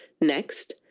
Next